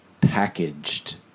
packaged